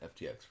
FTX